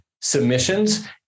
submissions